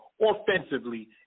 offensively